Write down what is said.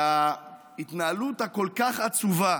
על ההתנהלות הכל-כך עצובה